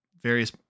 various